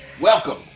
Welcome